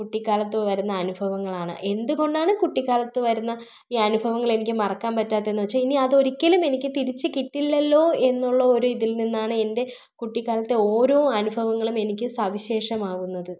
കുട്ടിക്കാലത്ത് വരുന്ന അനുഭവങ്ങളാണ് എന്ത് കൊണ്ടാണ് കുട്ടിക്കാലത്ത് വരുന്ന ഈ അനുഭവങ്ങൾ എനിക്ക് മറക്കാൻ പറ്റാത്തതെന്ന് വെച്ചാൽ ഇനി അത് ഒരിക്കലും എനിക്ക് തിരിച്ച് കിട്ടില്ലല്ലോ എന്നുള്ള ഒരു ഇതിൽ നിന്നാണ് എൻ്റെ കുട്ടിക്കാലത്തെ ഓരോ അനുഭവങ്ങളും എനിക്ക് സവിശേഷമാവുന്നത്